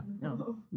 No